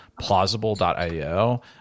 plausible.io